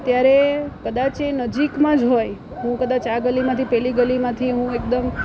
ત્યારે કદાચ એ નજીકમાં જ હોય હું કદાચ આ ગલીમાંથી પેલી ગલીમાંથી હું એકદમ